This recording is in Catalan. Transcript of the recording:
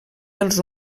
dels